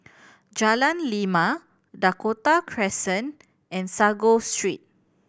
Jalan Lima Dakota Crescent and Sago Street